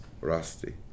rusty